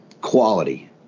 quality